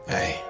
Hey